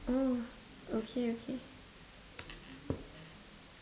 oh okay okay